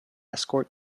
escort